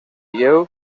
dieu